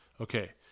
Okay